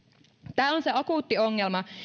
tämä on se akuutti ongelma